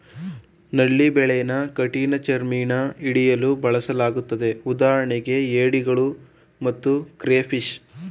ನಳ್ಳಿ ಬಲೆನ ಕಠಿಣಚರ್ಮಿನ ಹಿಡಿಯಲು ಬಳಸಲಾಗ್ತದೆ ಉದಾಹರಣೆಗೆ ಏಡಿಗಳು ಮತ್ತು ಕ್ರೇಫಿಷ್